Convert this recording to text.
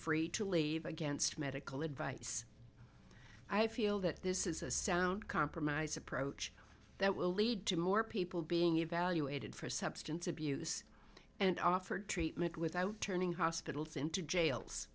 free to leave against medical advice i feel that this is a sound compromise approach that will lead to more people being evaluated for substance abuse and offer treatment without turning hospitals into jails